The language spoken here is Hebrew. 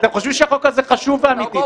אתם חושבים שהחוק הזה חשוב ואמתי,